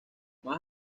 más